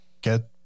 get